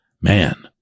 man